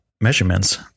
measurements